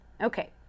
Okay